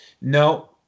No